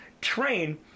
Train